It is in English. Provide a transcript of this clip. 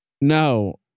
No